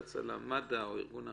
עמדה,